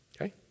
Okay